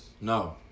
No